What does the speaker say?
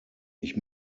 ich